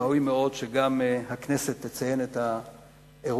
ראוי מאוד שגם הכנסת תציין את האירוע